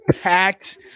packed